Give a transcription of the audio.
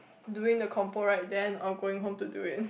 doing the compo right then or going home to do it